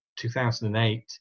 2008